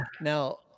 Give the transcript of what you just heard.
Now